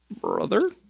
brother